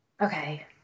okay